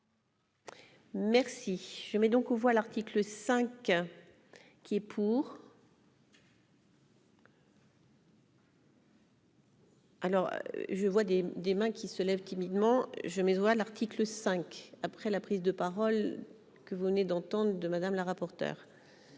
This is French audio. Merci, je mets donc aux voix, l'article 5 qui est pour. Alors, je vois des des mains qui se lèvent timidement je me voir l'article 5 après la prise de parole que vous venez d'entente de Madame la rapporteure